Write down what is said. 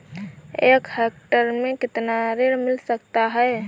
एक हेक्टेयर में कितना ऋण मिल सकता है?